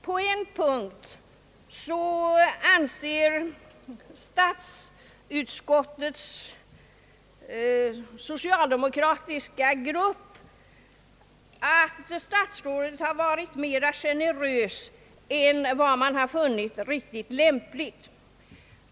På en punkt anser statsutskottets socialdemokratiska grupp att statsrådet har varit mera generös än vad man har funnit riktigt lämpligt.